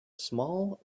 small